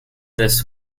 this